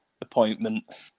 appointment